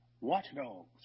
watchdogs